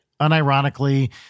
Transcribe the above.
unironically